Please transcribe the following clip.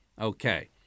okay